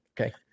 okay